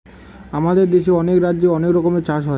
আমাদের দেশে অনেক রাজ্যে অনেক রকমের চাষ হয়